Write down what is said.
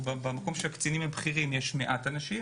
במקום של הקצינים והבכירים יש מעט אנשים